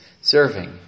serving